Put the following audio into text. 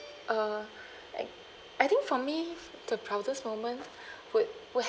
uh I I think for me the proudest moment would would have